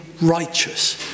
righteous